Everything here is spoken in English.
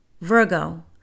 Virgo